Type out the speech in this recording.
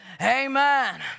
Amen